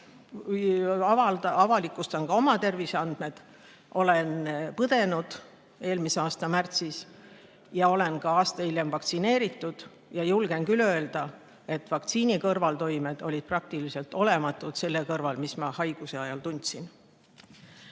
Avalikustan ka oma terviseandmed. Olen [COVID-it] põdenud eelmise aasta märtsis ja olen ka aasta hiljem vaktsineeritud ja julgen küll öelda, et vaktsiini kõrvaltoimed olid peaaegu olematud selle kõrval, mis ma haiguse ajal tundsin.